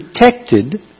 protected